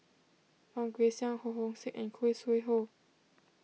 Fang Guixiang Ho Hong Sing and Khoo Sui Hoe